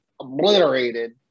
obliterated